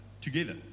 together